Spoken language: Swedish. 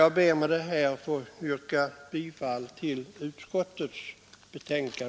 Jag ber med detta att få yrka bifall till utskottets hemställan.